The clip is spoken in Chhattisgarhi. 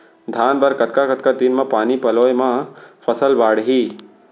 धान बर कतका कतका दिन म पानी पलोय म फसल बाड़ही?